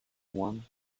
one